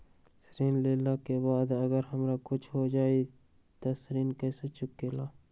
ऋण लेला के बाद अगर हमरा कुछ हो जाइ त ऋण कैसे चुकेला?